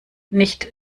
nicht